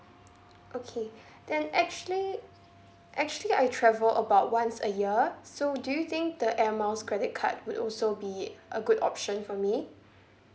okay then actually actually I travel about once a year so do you think the Air Miles credit card would also be a good option for me